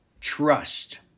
trust